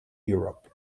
europe